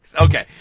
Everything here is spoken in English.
Okay